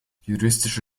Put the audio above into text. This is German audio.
juristische